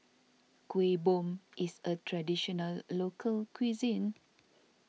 Kueh Bom is a Traditional Local Cuisine